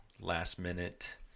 last-minute